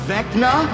Vecna